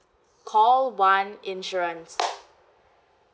call one insurance